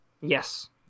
Yes